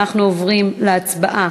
אנחנו עוברים להצבעה.